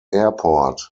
airport